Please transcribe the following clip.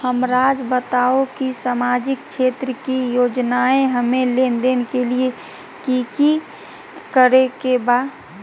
हमराज़ बताओ कि सामाजिक क्षेत्र की योजनाएं हमें लेने के लिए कि कि करे के बा?